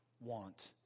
want